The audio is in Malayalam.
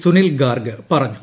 സുനിൽ ഗാർഗ് പറഞ്ഞു